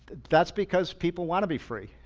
that's because people want to be free.